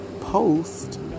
post